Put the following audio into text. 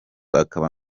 akaba